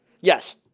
Yes